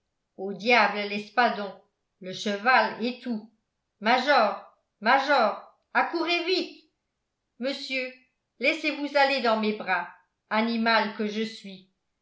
au diable l'espadon le cheval et tout major major accourez vite monsieur laissez-vous aller dans mes bras animal que je suis